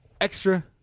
extra